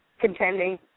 contending